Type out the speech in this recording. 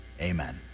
Amen